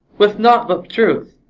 with naught but truth.